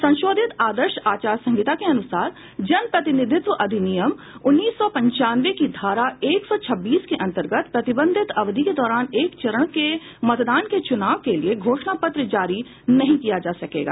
संशोधित आदर्श आचार संहिता के अनुसार जनप्रतिनिधित्व अधिनियम उन्नीस सौ पंचानवे की धारा एक सौ छब्बीस के अंतर्गत प्रतिबंधित अवधि के दौरान एक चरण के मतदान के चूनाव के लिये घोषणा पत्र जारी नहीं किया जा सकेगा